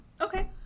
Okay